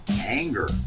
anger